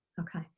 okay